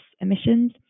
emissions